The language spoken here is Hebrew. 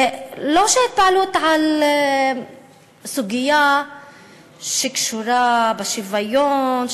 לא שההתפעלות בסוגיה שקשורה בשוויון,